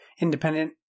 independent